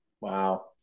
wow